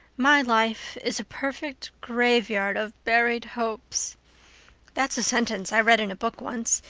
my life is a perfect graveyard of buried hopes that's a sentence i read in a book once,